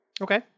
Okay